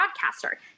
broadcaster